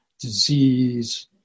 disease